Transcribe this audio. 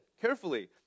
carefully